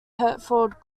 hertford